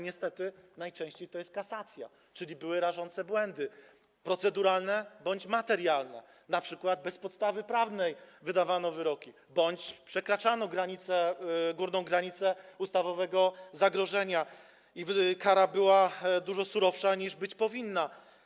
Niestety najczęściej to jest kasacja, czyli były rażące błędy proceduralne bądź materialne, np. bez podstawy prawnej wydawano wyroki bądź przekraczano górną granicę ustawowego zagrożenia i kara była dużo surowsza niż być powinna.